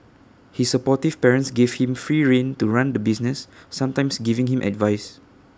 his supportive parents gave him free rein to run the business sometimes giving him advice